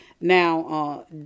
Now